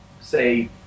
say